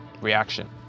reaction